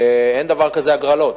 אין דבר כזה הגרלות.